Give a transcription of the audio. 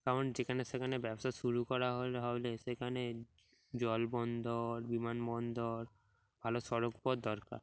কারণ যেখানে সেখানে ব্যবসা শুরু করা হলে হলে সেখানে জলবন্দর বিমানবন্দর ভালো সড়কপথ দরকার